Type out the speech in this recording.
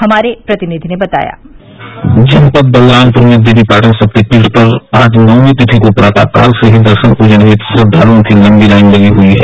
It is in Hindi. हमारे प्रतिनिधि ने बताया जनपद बलरामपुर में देवीपाटन शक्तिपीठ पर आज नवमी तिथि को प्रातः काल से ही दर्शन पूजन हेत श्रद्धाल्ओं की लंबी लाइन लगी हुई है